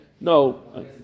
no